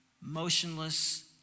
motionless